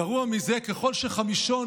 גרוע מזה, ככל שחמישון